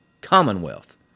Commonwealth